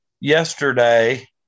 yesterday